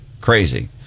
Crazy